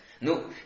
No